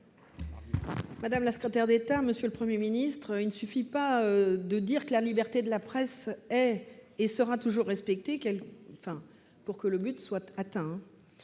madame la secrétaire d'État, il ne suffit pas de dire que la liberté de la presse est et sera toujours respectée pour que le but soit atteint.